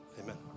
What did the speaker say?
Amen